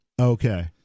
okay